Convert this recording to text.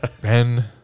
Ben